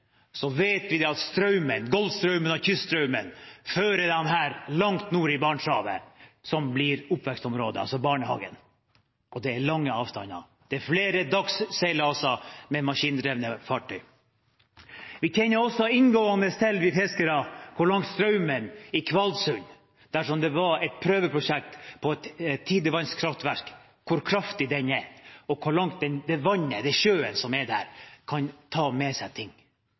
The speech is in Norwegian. så vet vi at Golfstrømmen og kyststrømmen fører den langt nord i Barentshavet, som blir oppvekstområdet, altså barnehagen. Og det er lange avstander. Det er flere dagsseilaser med maskindrevne fartøyer. Vi fiskere kjenner også inngående til hvor kraftig strømmen er i Kvalsund – der det var et prøveprosjekt med et tidevannskraftverk – og hvor langt den sjøen som er der, kan ta med seg ting.